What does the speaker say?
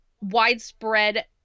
widespread